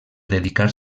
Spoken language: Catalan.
dedicar